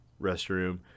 restroom